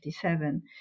1957